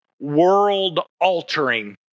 world-altering